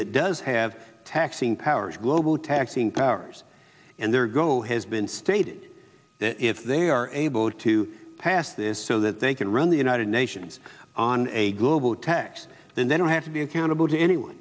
that does have taxing powers global taxing powers and their goal has been stated that if they are able to pass this so that they can run the united nations on a global tax then they don't have to be accountable to anyone